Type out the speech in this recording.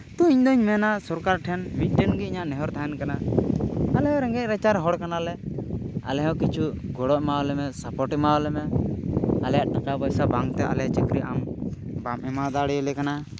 ᱛᱚ ᱤᱧ ᱫᱚᱧ ᱢᱮᱱᱟ ᱥᱚᱠᱟᱨ ᱴᱷᱮᱱ ᱤᱧᱟᱹᱜ ᱱᱮᱦᱚᱨ ᱛᱟᱦᱮᱱ ᱠᱟᱱᱟ ᱟᱞᱮ ᱨᱮᱸᱜᱮᱡ ᱱᱟᱪᱟᱨ ᱦᱚᱲ ᱠᱟᱱᱟ ᱞᱮ ᱟᱞᱮ ᱦᱚᱸ ᱠᱤᱪᱷᱩ ᱜᱚᱲᱚ ᱮᱢᱟ ᱞᱮᱢᱮ ᱥᱟᱯᱚᱨᱴ ᱮᱢᱟ ᱞᱮᱢᱮ ᱟᱞᱮᱭᱟᱜ ᱴᱟᱠᱟ ᱯᱚᱭᱥᱟ ᱵᱟᱝᱛᱮ ᱟᱞᱮ ᱪᱟᱹᱠᱨᱤ ᱟᱢ ᱵᱟᱢ ᱮᱢᱟ ᱫᱟᱲᱮ ᱞᱮ ᱠᱟᱱᱟ